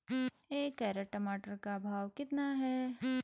एक कैरेट टमाटर का भाव कितना है?